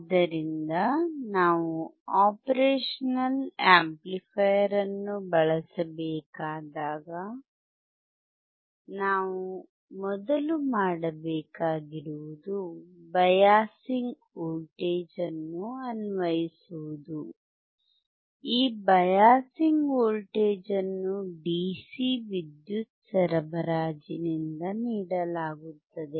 ಆದ್ದರಿಂದ ನಾವು operational amplifier ಅನ್ನು ಬಳಸಬೇಕಾದಾಗ ನಾವು ಮೊದಲು ಮಾಡಬೇಕಾಗಿರುವುದು ಬಯಾಸಿಂಗ್ ವೋಲ್ಟೇಜ್ ಅನ್ನು ಅನ್ವಯಿಸುವುದು ಈ ಬಯಾಸಿಂಗ್ ವೋಲ್ಟೇಜ್ ಅನ್ನು ಡಿಸಿ ವಿದ್ಯುತ್ ಸರಬರಾಜಿನಿಂದ ನೀಡಲಾಗುತ್ತದೆ